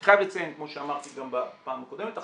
אני חייב לציין כמו שאמרתי גם בפעם הקודמת,